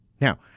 Now